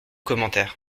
commentaire